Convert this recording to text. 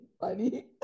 funny